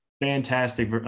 Fantastic